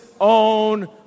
own